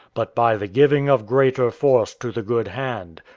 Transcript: but by the giving of greater force to the good hand.